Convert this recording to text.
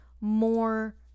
more